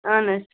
اہن حظ